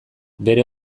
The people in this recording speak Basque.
bere